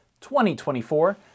2024